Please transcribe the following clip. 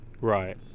Right